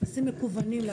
טפסים מקוונים.